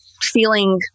feeling